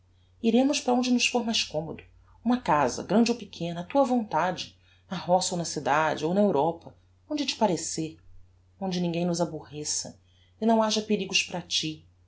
iremos para onde nos fôr mais commodo uma casa grande ou pequena á tua vontade na roça ou na cidade ou na europa onde te parecer onde ninguem nos aborreça e não haja perigos pára ti